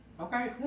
okay